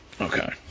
Okay